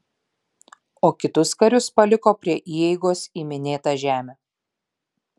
o kitus karius paliko prie įeigos į minėtą žemę